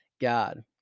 God